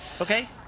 Okay